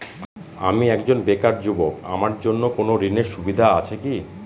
আমি একজন বেকার যুবক আমার জন্য কোন ঋণের সুবিধা আছে কি?